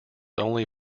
only